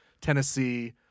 Tennessee